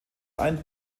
ein